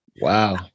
Wow